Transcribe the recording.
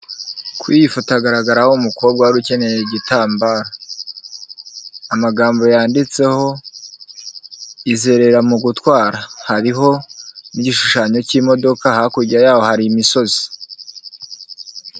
Kuri iyi foto hagaragaraho umukobwa wari ukeneye igitamba amagambo yanditseho, izerera mu gutwara hariho n'igishushanyo cy'imodoka hakurya yaho hari imisozi.